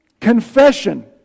Confession